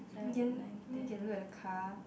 can maybe can look at the car